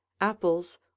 apples